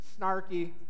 snarky